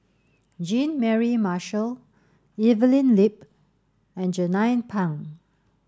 Jean Mary Marshall Evelyn Lip and Jernnine Pang